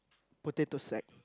potato sack